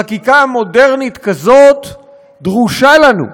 חקיקה מודרנית כזאת דרושה לנו.